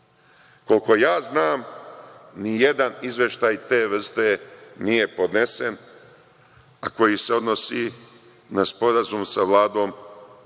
ja znam, ni jedan izveštaj te vrste nije podnesen, a koji se odnosi na sporazum sa Vladom